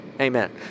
Amen